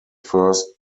first